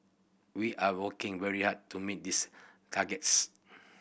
we are working very hard to meet these targets